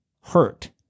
hurt